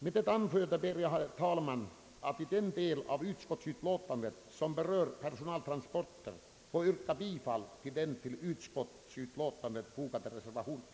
Med det anförda ber jag, herr talman, att i den del av utskottsutlåtandet som berör personaltransporter få yrka bifall till den vid utskottsutlåtandet fogade reservationen.